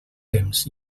temps